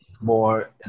more